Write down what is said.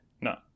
No